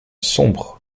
sombre